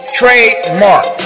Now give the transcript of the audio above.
trademark